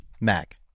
Mac